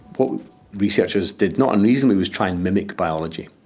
what researchers did, not unreasonably, was try and mimic biology.